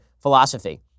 philosophy